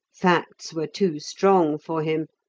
facts were too strong for him.